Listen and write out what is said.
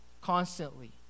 constantly